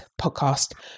podcast